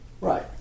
Right